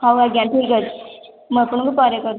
ହଉ ଆଜ୍ଞା ଠିକ୍ ଅଛି ମୁଁ ଆପଣଙ୍କୁ ପରେ କରୁଛି